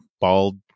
bald